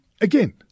again